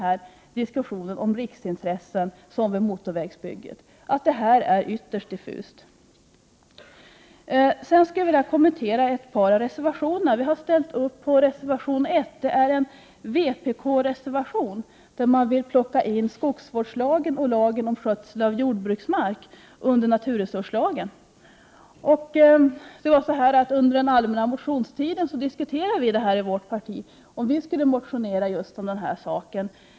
Också diskussionen om riksintressen, som den om motorvägsbygget, har visat att lagen är ytterst diffus. Sedan skulle jag vilja kommentera ett par reservationer. Vi stödjer reservation 1, som är en vpk-reservation, där man vill plocka in skogsvårdslagen och lagen om skötsel av jordbruksmark under naturresurslagen. Under den allmänna motionstiden diskuterade vi i miljöpartiet om vi skulle motionera om detta.